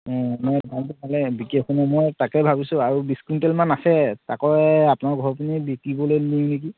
অঁ নাই দামটো পালে বিক্ৰী হৈছে ন মই তাকে ভাবিছোঁ আৰু বিছ কুইণ্টেলমান আছে তাকে আপোনালোকৰ ঘৰৰ পিনি বিকিবলৈ নিওঁ নেকি